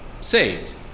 saved